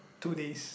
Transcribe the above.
two days